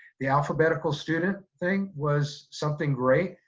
the alphabetical student thing was something great.